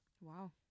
Wow